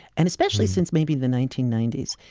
and especially since maybe the nineteen ninety s,